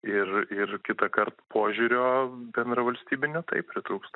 ir ir kitąkart požiūrio bendravalstybinio taip pritrūksta